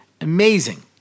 amazing